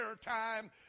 time